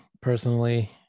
personally